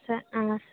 ಸ ಆಂ